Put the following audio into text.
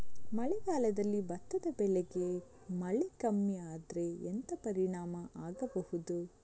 ಮಳೆಗಾಲದಲ್ಲಿ ಭತ್ತದ ಬೆಳೆಗೆ ಮಳೆ ಕಮ್ಮಿ ಆದ್ರೆ ಎಂತ ಪರಿಣಾಮ ಆಗಬಹುದು?